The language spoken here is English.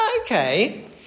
okay